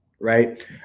right